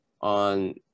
on